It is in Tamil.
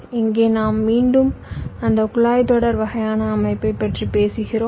இங்கே நாம் மீண்டும் அந்த குழாய் தொடர் வகையான அமைப்பைப் பற்றி பேசுகிறோம்